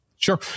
Sure